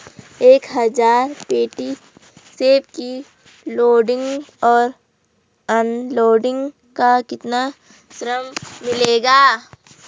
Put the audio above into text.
एक हज़ार पेटी सेब की लोडिंग और अनलोडिंग का कितना श्रम मिलेगा?